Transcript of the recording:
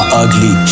ugly